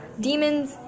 demons